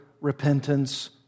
repentance